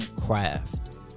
Craft